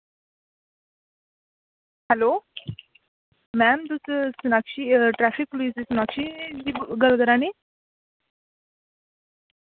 hello एह् ma'am दिक्खो सोनाक्षी एह् ट्रैफिक पुलिस दी सोनाक्षी गल्ल करानी